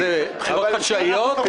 זה בחירות חשאיות?